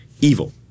evil